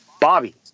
Bobby